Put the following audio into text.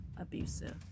abusive